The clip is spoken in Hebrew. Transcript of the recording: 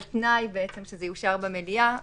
על תנאי שזה יאושר במליאה.